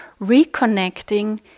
reconnecting